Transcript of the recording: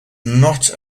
not